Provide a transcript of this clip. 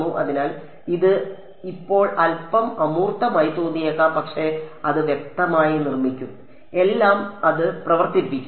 അതിനാൽ ഇത് ഇപ്പോൾ അൽപ്പം അമൂർത്തമായി തോന്നിയേക്കാം പക്ഷേ അത് വ്യക്തമായി നിർമ്മിക്കും എല്ലാം അത് പ്രവർത്തിക്കും